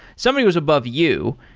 somebody was above you.